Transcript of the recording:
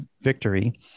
victory